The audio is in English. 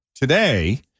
today